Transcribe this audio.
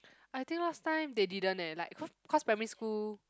I think last time they didn't eh like cause cause primary school